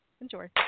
Enjoy